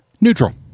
Neutral